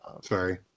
Sorry